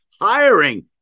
hiring